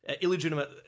illegitimate